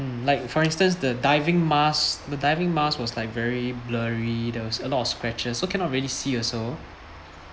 mm like for instance the diving mask the diving mask was like very blurry there was a lot scratches you cannot really see also